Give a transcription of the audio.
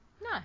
No